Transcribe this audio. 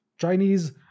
Chinese